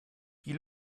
die